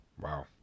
Wow